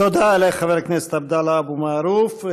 תודה לחבר הכנסת עבדאללה אבו מערוף.